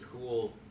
cool